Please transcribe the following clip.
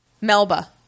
Melba